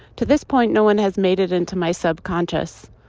to this point, no one has made it into my subconscious,